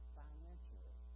financially